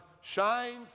shines